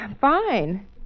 Fine